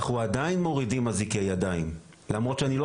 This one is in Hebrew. אנחנו עדיין מורידים אזיקי ידיים למרות שאני לא